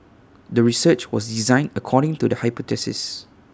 the research was designed according to the hypothesis